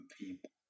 people